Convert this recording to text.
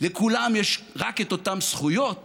לכולם יש רק את אותן זכויות